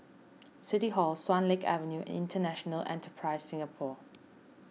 City Hall Swan Lake Avenue International Enterprise Singapore